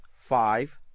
five